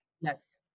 Yes